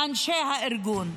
אנשי הארגון.